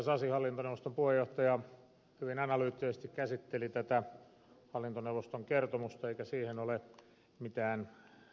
sasi hallintoneuvoston puheenjohtaja hyvin analyyttisesti käsitteli tätä hallintoneuvoston kertomusta eikä siihen ole mitään lisättävää